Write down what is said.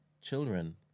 children